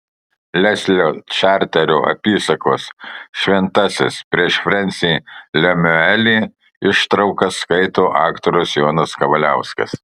leslio čarterio apysakos šventasis prieš frensį lemiuelį ištraukas skaito aktorius jonas kavaliauskas